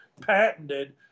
patented